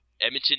Edmonton